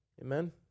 Amen